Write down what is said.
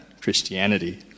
Christianity